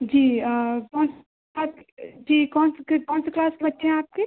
जी कौन से के जी कौन से कौन से क्लास के बच्चे हैं आपके